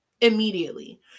immediately